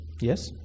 Yes